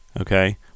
Okay